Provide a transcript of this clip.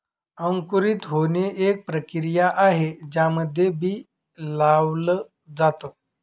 अंकुरित होणे, एक प्रक्रिया आहे ज्यामध्ये बी लावल जाता